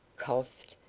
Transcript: coughed,